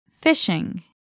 Fishing